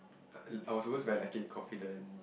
uh I was always very lacking in confidence